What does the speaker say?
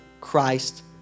Christ